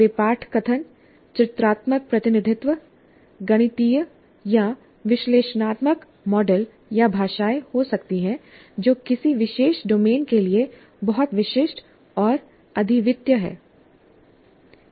वे पाठ कथन चित्रात्मक प्रतिनिधित्व गणितीय या विश्लेषणात्मक मॉडल या भाषाएं हो सकती हैं जो किसी विशेष डोमेन के लिए बहुत विशिष्ट और अद्वितीय हैं